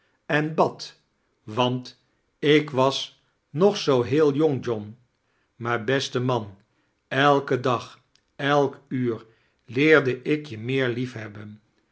en bad want ik was nog zoo heel jong john maar beste man elken dag elk uur leerde ik je meer liefhebben